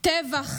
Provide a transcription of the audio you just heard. טבח